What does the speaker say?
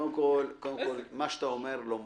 קודם כול, מה שאתה אומר לא מופרך.